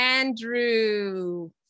Andrew